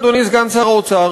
אדוני סגן שר האוצר,